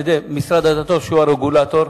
משרד הדתות, שהוא הרגולטור,